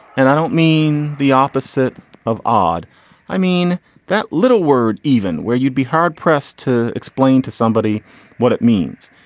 and i don't mean the opposite of odd i mean that little word even where you'd be hard pressed to explain to somebody what it means.